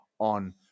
on